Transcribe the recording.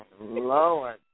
Lord